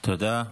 תודה.